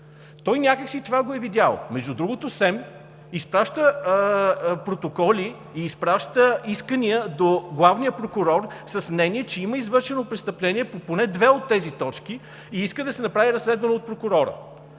Той някак си това го е видял. Между другото, СЕМ изпраща протоколи и искания до главния прокурор с мнение, че има извършено престъпление по поне две от тези точки и иска да се направи разследване от прокурора.